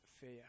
fear